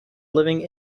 living